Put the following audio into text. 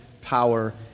power